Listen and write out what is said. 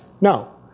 No